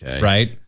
Right